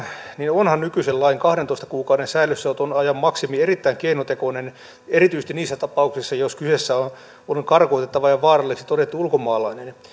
niin onhan nykyisen lain kahdentoista kuukauden säilössäpitoajan maksimi erittäin keinotekoinen erityisesti niissä tapauksissa jos kyseessä on on karkotettava ja vaaralliseksi todettu ulkomaalainen